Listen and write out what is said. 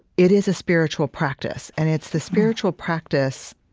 it is a spiritual practice, and it's the spiritual practice